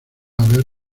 haber